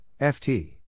FT